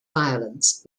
violence